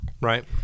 Right